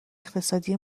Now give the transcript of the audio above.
اقتصادی